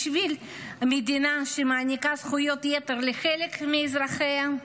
בשביל מדינה שמעניקה זכויות יתר לחלק מאזרחיה?